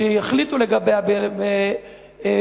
שיחליטו לגביה ב-2011,